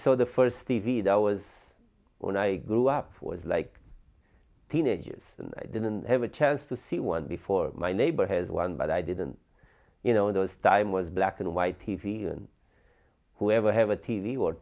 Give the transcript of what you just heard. saw the first t v that was when i grew up was like teenagers and i didn't have a chance to see one before my neighbor has one but i didn't you know those time was black and white t v and whoever have a t v or